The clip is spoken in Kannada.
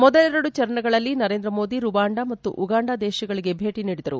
ಮೊದಲೆರಡು ಚರಣಗಳಲ್ಲಿ ನರೇಂದ್ರ ಮೋದಿ ರುವಾಂಡ ಮತ್ತು ಉಗಾಂಡ ದೇತಗಳಿಗೆ ಭೇಟಿ ನೀಡಿದರು